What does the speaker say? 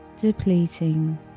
depleting